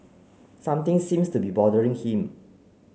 something seems to be bothering him